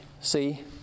See